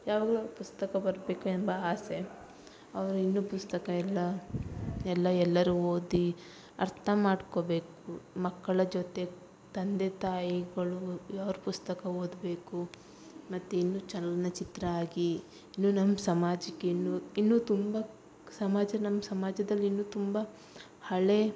ಯಾವಾಗಲು ಅವ್ರ ಪುಸ್ತಕ ಬರಬೇಕು ಎಂಬ ಆಸೆ ಅವ್ರ ಇನ್ನು ಪುಸ್ತಕ ಎಲ್ಲ ಎಲ್ಲ ಎಲ್ಲರು ಓದಿ ಅರ್ಥ ಮಾಡ್ಕೋಬೇಕು ಮಕ್ಕಳ ಜೊತೆ ತಂದೆ ತಾಯಿಗಳು ಅವ್ರ ಪುಸ್ತಕ ಓದಬೇಕು ಮತ್ತು ಇನ್ನು ಚಲನಚಿತ್ರ ಆಗಿ ಇನ್ನು ನಮ್ಮ ಸಮಾಜಕ್ಕೆ ಇನ್ನು ಇನ್ನು ತುಂಬ ಸಮಾಜ ನಮ್ಮ ಸಮಾಜದಲ್ಲಿ ಇನ್ನು ತುಂಬ ಹಳೆ